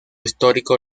histórico